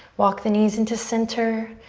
walk the knees into center.